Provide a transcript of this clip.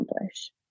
accomplish